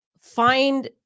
find